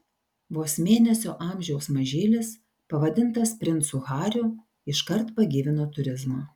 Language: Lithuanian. vos mėnesio amžiaus mažylis pavadintas princu hariu iškart pagyvino turizmą